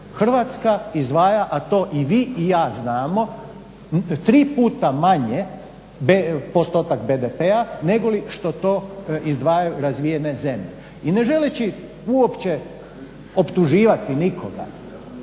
Hrvatska izdvaja a to i vi i ja znamo tri puta manje postotak BDP-a nego li što to izdvajaju razvijene zemlje i ne želeći uopće optuživati nikoga,